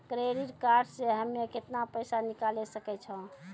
Credit card से हम्मे केतना पैसा निकाले सकै छौ?